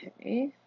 Okay